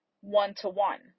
one-to-one